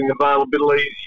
availability